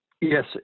Yes